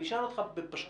אני אשאל אותך בפשטות.